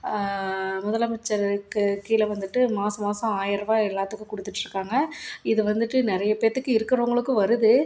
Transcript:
முதலமைச்சருக்கு கீழே வந்துகிட்டு மாதம் மாதம் ஆயர்ரூபா எல்லாத்துக்கும் கொடுத்துட்டு இருக்காங்க இது வந்துட்டு நிறைய பேர்த்துக்கு இருக்கிறவங்களுக்கும் வருது